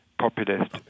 populist